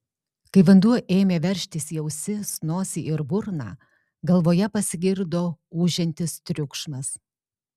kai vanduo ėmė veržtis į ausis nosį ir burną galvoje pasigirdo ūžiantis triukšmas